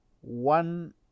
one